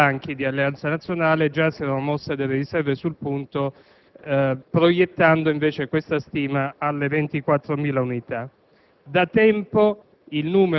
Dai banchi di Alleanza Nazionale già allora si mossero delle riserve sul punto, proiettando invece questa stima alle 24.000 unità.